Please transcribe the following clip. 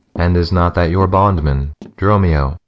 and is not that your bondman dromio?